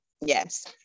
yes